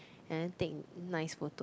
and then take nice photo